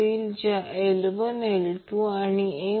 तर ω 1 आणि ω शी संबंधित बिंदूंना 12 पॉवर पॉइंट म्हणतात